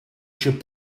should